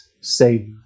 Savior